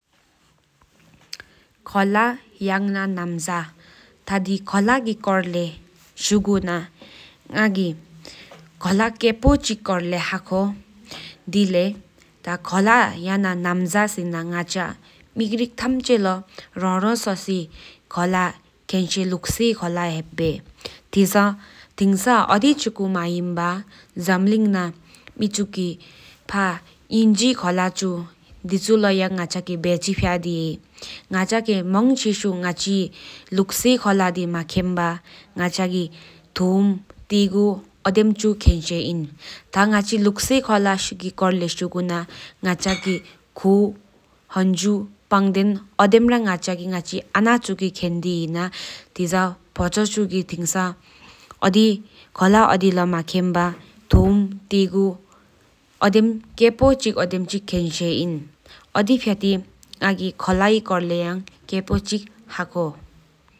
ཁོ་ལ་ཡག་ན་སམ་ཡག་ཏ་དི་ཁོ་ལ་གི་སྐོར་ལེ་ཤུ་གུ་ན་ང་གི་ཁོ་ལ་སྐེ་ཕོ་ཆི་སྐོར་ལེ་ཧ་ཁོ་དེ་ལེགས་ཁོ་ལ་ཡང་ན་སམ་ཡག་སེཀེན་མེ་རིཀ་ཐམ་ཅེ་ལོ་རང་རང་སོ་སི་ཁོ་ལ་མཁན་བཞེས་ལུགས་སྲི་ཧེཕ་བེ་ཐེ་ས་ཐིང་ས་ཨོ་དི་ཆི་ཁོ་མེན་བ་ཇམ་ལིང་མེ་ཆུ་གི་ཕ་དམ་ཧེ་ཁོ་ལ་དེ་བཅུ་ལོ་ཡ་ང་ཅ་གི་བེ་ཆི་བྱ་དེ་ཧེ་གེས། ང་ཅ་གི་མོང་ཤེས་ཤུ་ལུགས་སྒི་ཁོ་ལ་ཆུ་མ་ཁེན་བ་ང་ཅ་གི་ཐུམ་དེ་ཀོ་ཨོ་དེ་མ་ཆུ་ཁེན་བོད་ནིན། ཐ་ང་ཆི་ལུགས་སྐོ་ལ་གྱིས་བཙགས་ན་ཁོ་ཧ་ན་དེས་བོད་ན་ཐུམ་དེ་གོ་དའིན་ཚུ་ཧེ་དང་དེ་ས་ཐེང་ས་ཕོཆོ་ཆི་གིས་བོད་ནི་ཐུམ་སྟེ་དེ་རིད་སི་ཧེམ་བོར་གེས་ནིན། ཨོ་དེ་རའི་ང་གི་ཁོ་ལ་གི་སྐོ་ལ་གྱིས་སྐེ་ཕོ་ཆི་ཧ་ཁོའིས།